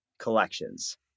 collections